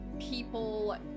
people